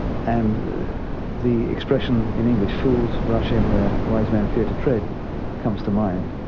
and the expression in english fools rush in where wise men fear to tread comes to mind.